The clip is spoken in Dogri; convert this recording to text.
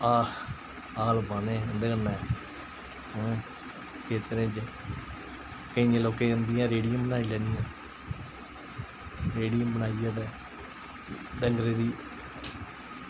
हा हल बाह्ने उं'दे कन्नै ऐं खेत्तरें च केइयें लोकें उंदियां रेहड़ियां बनाई लैनियां रेहड़ियां बनाइयै ते डंगरें दी